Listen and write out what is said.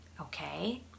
Okay